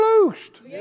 loosed